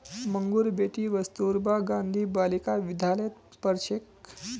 मंगूर बेटी कस्तूरबा गांधी बालिका विद्यालयत पढ़ छेक